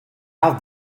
have